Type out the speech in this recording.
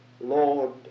Lord